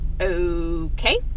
Okay